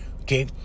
okay